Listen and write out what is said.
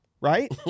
right